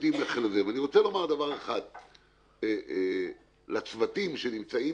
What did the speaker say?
ואני רוצה לומר דבר אחד לצוותים שנמצאים